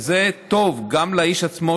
שזה טוב גם לאיש עצמו,